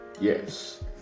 yes